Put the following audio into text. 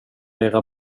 era